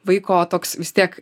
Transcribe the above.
vaiko toks vis tiek